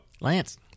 Lance